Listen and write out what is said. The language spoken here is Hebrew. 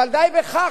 אבל די בכך,